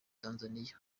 tanzaniya